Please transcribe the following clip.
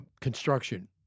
construction